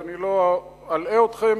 ואני לא אלאה אתכם,